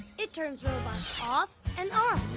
it turns robots off and ah